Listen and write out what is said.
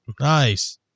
Nice